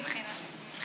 מבחינתכם?